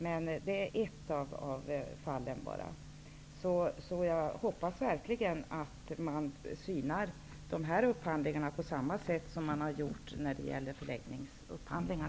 Men detta är bara ett av fallen, så jag hoppas verkligen att man synar sjukvårdsupphandlingarna på samma sätt som man har gjort i fråga om förlägg ningsupphandlingar.